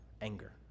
anger